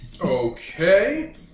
Okay